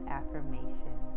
affirmation